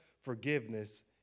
forgiveness